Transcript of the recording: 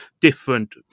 different